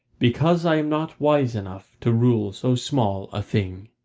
because i am not wise enough to rule so small a thing.